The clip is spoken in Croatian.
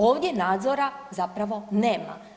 Ovdje nadzora zapravo nema.